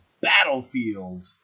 battlefield